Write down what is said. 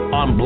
on